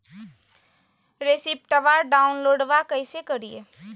रेसिप्टबा डाउनलोडबा कैसे करिए?